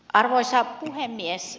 arvoisa puhemies